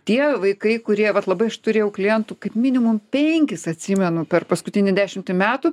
tie vaikai kurie vat labai aš turėjau klientų kaip minimum penkis atsimenu per paskutinį dešimtį metų